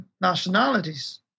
nationalities